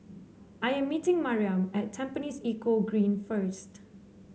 I am meeting Maryam at Tampines Eco Green first